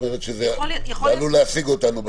ויכול להיות --- את אומרת שזה עלול להשיג אותנו בדרך.